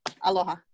Aloha